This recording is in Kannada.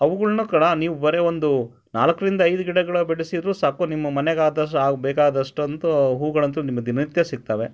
ಅವ್ಗಳ್ನ ನೀವು ಬರೀ ಒಂದು ನಾಲ್ಕರಿಂದ ಐದು ಗಿಡಗಳು ಬೆಳೆಸಿದರೂ ಸಾಕು ನಿಮ್ಮ ಮನೆಗೆ ಆದಷ್ಟು ಆಗಿ ಬೇಕಾದಷ್ಟಂತೂ ಹೂಗಳಂತೂ ನಿಮಗೆ ದಿನ ನಿತ್ಯ ಸಿಗ್ತವೆ